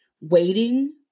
waiting